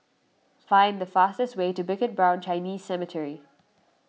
find the fastest way to Bukit Brown Chinese Cemetery